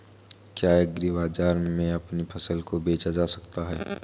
क्या एग्रीबाजार में अपनी फसल को बेचा जा सकता है?